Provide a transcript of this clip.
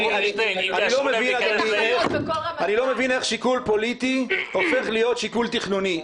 אני לא מבין איך שיקול פוליטי הופך להיות שיקול תכנוני.